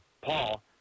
Paul